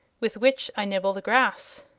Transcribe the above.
with which i nibble the grass.